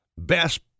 Best